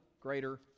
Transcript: greater